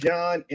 John